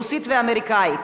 "רוסית" ו"אמריקנית",